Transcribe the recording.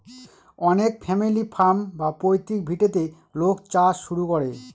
অনেক family farm বা পৈতৃক ভিটেতে লোক চাষ শুরু করে